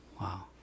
Wow